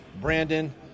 Brandon